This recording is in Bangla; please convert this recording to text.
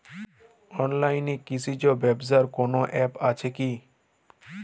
অনলাইনে কৃষিজ ব্যবসার কোন আ্যপ আছে কি?